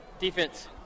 defense